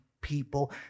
people